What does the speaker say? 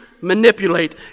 manipulate